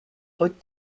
but